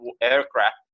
aircraft